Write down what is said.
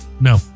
No